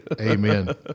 Amen